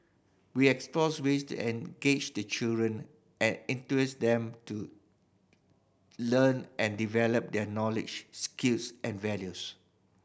we explore ways to engage the children and enthuse them to learn and develop their knowledge skills and values